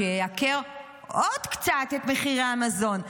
שייקר עוד קצת את מחירי המזון.